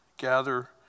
gather